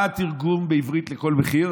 מה התרגום בעברית ל"בכל מחיר"?